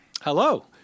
Hello